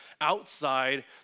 outside